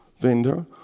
vendor